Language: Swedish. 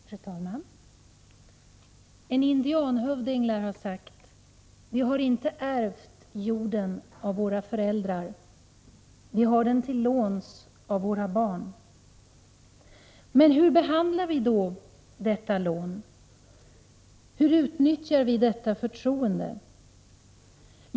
Fru talman! En indianhövding lär ha sagt: ”Vi har inte ärvt jorden av våra föräldrar — vi har den till låns av våra barn.” Men hur behandlar vi då detta lån? Hur utnyttjar vi detta förtroende?